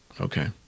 Okay